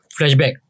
flashback